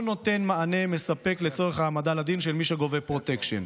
אינו נותן מענה מספק לצורך העמדה לדין של מי שגובה פרוטקשן.